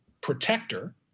protector –